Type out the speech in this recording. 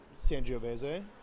Sangiovese